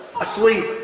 asleep